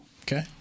Okay